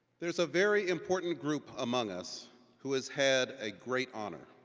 there's a very important group among us who has had a great honor.